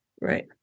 right